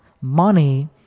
money